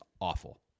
awful